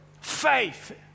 Faith